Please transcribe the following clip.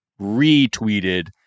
retweeted